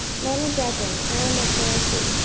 men and brethren, i am a pharisee,